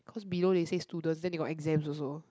cause below they say student then they got exam also